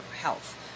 health